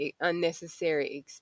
unnecessary